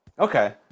Okay